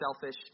selfish